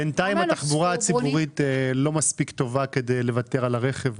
בינתיים התחבורה הציבורית לא מספיק טובה כדי לוותר על הרכב,